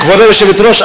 כבוד היושבת-ראש,